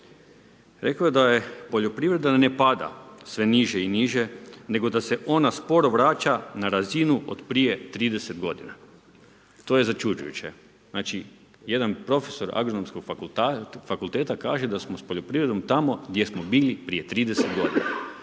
rekao je da poljoprivreda ne pada sve niže i niže, nego da se ona sporo vraća na razinu od prije 30 godina. To je začuđujuće. Znači, jedan profesor Agronomskog fakulteta kaže da smo s poljoprivredom tamo gdje smo bili prije 30 godina.